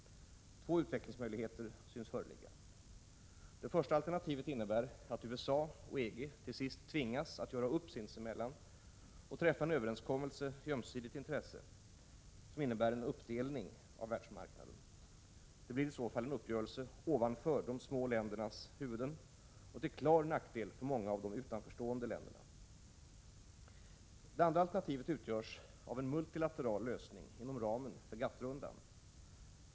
Två utvecklingsmöjligheter synes föreligga. Det första alternativet innebär att USA och EG till sist tvingas att göra upp sinsemellan och träffa en överenskommelse i ömsesidigt intresse, innebärande en uppdelning av världsmarknaden. Det blir i så fall en uppgörelse ovanför de små ländernas huvuden och till klar nackdel för många av de utanför stående länderna. Det andra alternativet utgörs av en multilateral lösning inom ramen för GATT rundan.